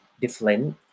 different